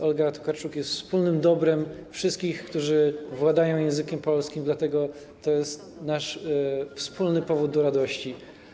Olga Tokarczuk jest wspólnym dobrem wszystkich, którzy władają językiem polskim, dlatego to jest nasz wspólny powód do radości.